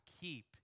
keep